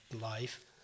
life